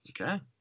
Okay